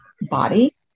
body